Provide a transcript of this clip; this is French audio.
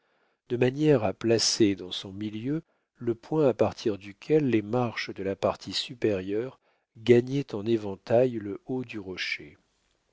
de manière à placer dans son milieu le point à partir duquel les marches de la partie supérieure gagnaient en éventail le haut du rocher